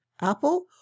Apple